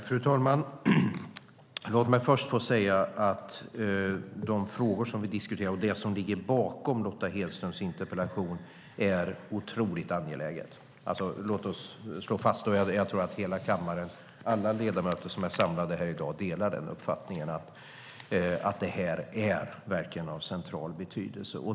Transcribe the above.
Fru talman! De frågor vi diskuterar, och det som ligger bakom Lotta Hedströms interpellation, är otroligt angelägna. Jag tror att hela kammaren, alla ledamöter som är samlade här i dag, delar uppfattningen att det här verkligen är av central betydelse.